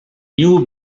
new